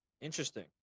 Interesting